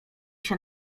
się